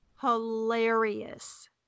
hilarious